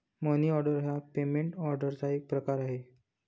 मनी order हा payment ऑर्डरचा एक प्रकार आहे